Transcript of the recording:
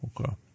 Okay